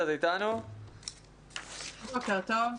בוקר טוב.